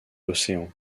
l’océan